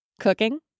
cooking